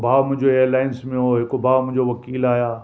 हिकु भाउ मुंहिंजो एयर लाइन्स में हो हिक भाउ मुंहिंजो वकील आहे